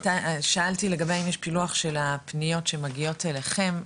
שאלתי לגבי האם יש פילוח של הפניות שמגיעות אליכם,